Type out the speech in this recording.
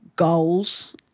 Goals